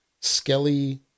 skelly